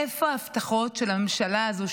איפה ההבטחות של הממשלה הזו,